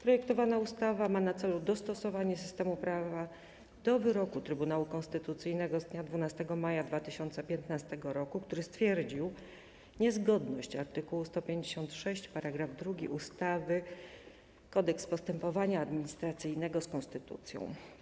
Projektowana ustawa ma na celu dostosowanie systemu prawa do wyroku Trybunału Konstytucyjnego z dnia 12 maja 2015 r., który stwierdził niezgodność art. 156 § 2 ustawy - Kodeks postępowania administracyjnego z konstytucją.